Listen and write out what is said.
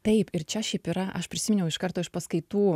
taip ir čia šiaip yra aš prisiminiau iš karto iš paskaitų